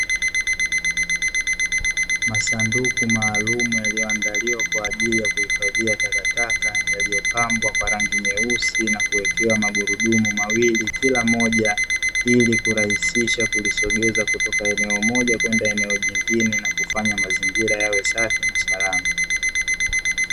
Masanduku maalumu yaliyoandaliwa kwa ajili ya kuhifadhia takataka, yaliyopambwa kwa rangi nyeusi na kuwekewa magurudumu mawili kila moja, ili kurahisisha kulisogeza kutoka eneo moja kwenda eneo jingine, na kufanya mazingira yawe safi na salama.